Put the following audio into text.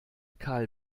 karl